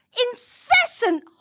incessant